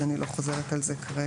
אז אני לא חוזרת על זה כרגע.